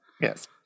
Yes